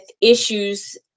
issues